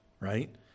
right